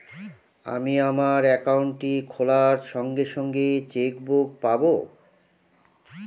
আমি আমার একাউন্টটি খোলার সঙ্গে সঙ্গে চেক বুক পাবো?